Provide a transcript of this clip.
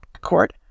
court